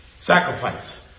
Sacrifice